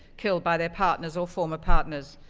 killed by their partners or former partners.